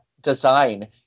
design